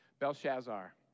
Belshazzar